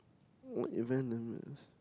what event